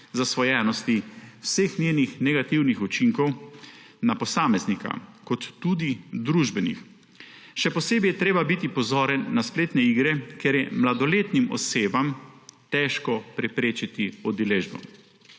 zasvojenosti, vseh njenih negativnih učinkov na posameznika in tudi družbo. Še posebej je treba biti pozoren na spletne igre, kjer je mladoletnim osebam težko preprečiti udeležbo.